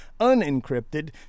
unencrypted